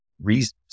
reasons